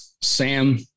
Sam